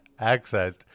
Accent